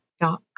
dot